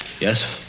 Yes